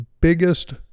biggest